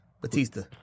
Batista